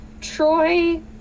Troy